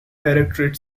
directorate